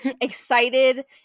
excited